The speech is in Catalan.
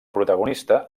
protagonista